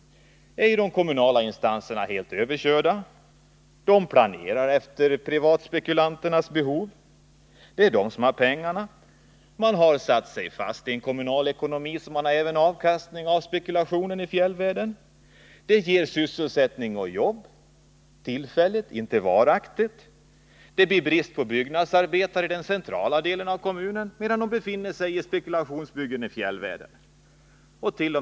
Där är de kommunala instanserna helt överkörda. De planerar efter privatspekulanternas behov. Det är de som har pengarna. Man har satt sig fast i en kommunal ekonomi som bl.a. bygger på avkastning av spekulationen i fjällvärlden — den ger sysselsättning, tillfälligt men inte varaktigt. Vidare blir det brist på byggnadsarbetare i den centrala delen av kommunen medan arbetarna befinner sig på spekulationsbyggen i fjällvärlden. T.o.